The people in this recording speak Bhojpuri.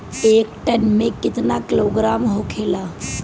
एक टन मे केतना किलोग्राम होखेला?